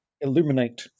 illuminate